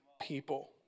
people